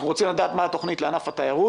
אנחנו רוצים לדעת מה התוכנית לענף התיירות,